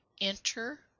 ENTER